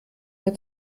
mehr